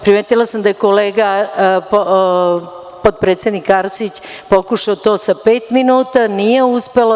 Primetila sam da je kolega potpredsednik Arsić pokušao to sa pet minuta, nije uspelo.